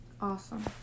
Awesome